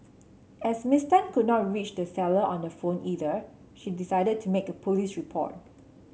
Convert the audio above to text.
as Miss Tan could not reach the seller on the phone either she decided to make a police report